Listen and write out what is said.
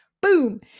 Boom